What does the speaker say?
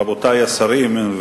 רבותי השרים,